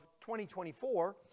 2024